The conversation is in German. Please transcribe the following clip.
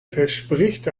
verspricht